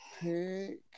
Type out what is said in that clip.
pick